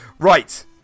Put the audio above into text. Right